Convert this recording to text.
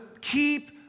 keep